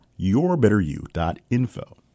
yourbetteryou.info